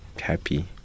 happy